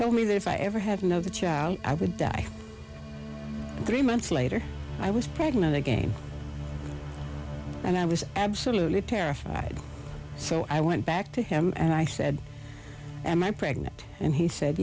told me that if i ever had no the child i would die and three months later i was pregnant again and i was absolutely terrified so i went back to him and i said am i pregnant and he said